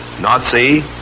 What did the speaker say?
Nazi